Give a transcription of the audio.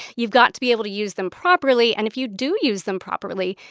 you've got to be able to use them properly, and if you do use them properly,